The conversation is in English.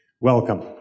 Welcome